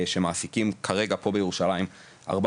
בין ההסתדרות למעסיק זה ייבחן